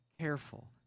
careful